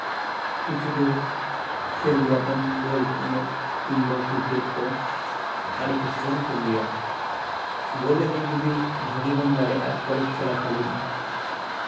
ᱠᱤᱪᱷᱩ ᱫᱚ ᱠᱷᱮᱞ ᱜᱮᱭᱟᱵᱚᱱ ᱵᱚᱞ ᱮᱱᱮᱡ ᱠᱤᱢᱵᱟ ᱠᱨᱤᱠᱮᱴ ᱠᱚ ᱟᱹᱰᱤ ᱠᱤᱪᱷᱩ ᱵᱚᱱ ᱠᱷᱮᱞ ᱜᱮᱭᱟ ᱵᱚᱞ ᱮᱱᱮᱡ ᱡᱩᱫᱤ ᱵᱷᱟᱹᱜᱤ ᱫᱟᱲᱮᱭᱟᱜᱼᱟ ᱠᱚᱞᱮᱡᱽ ᱪᱚᱞᱟᱠᱟᱞᱤᱱ